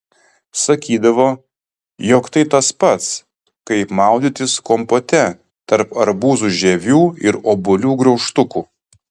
sakydavo jog tai tas pats kaip maudytis kompote tarp arbūzų žievių ir obuolių graužtukų